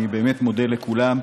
אני באמת מודה לכולם,